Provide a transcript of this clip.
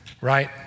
right